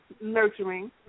nurturing